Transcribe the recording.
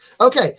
okay